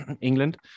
England